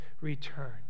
return